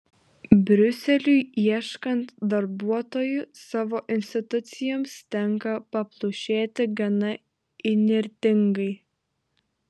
briuseliui ieškant darbuotojų savo institucijoms tenka paplušėti gana įnirtingai